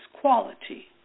quality